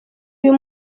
uyu